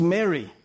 Mary